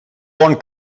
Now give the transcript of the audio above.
bon